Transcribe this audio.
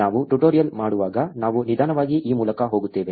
ನಾವು ಟ್ಯುಟೋರಿಯಲ್ ಮಾಡುವಾಗ ನಾವು ನಿಧಾನವಾಗಿ ಈ ಮೂಲಕ ಹೋಗುತ್ತೇವೆ